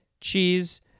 cheese